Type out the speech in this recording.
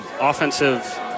offensive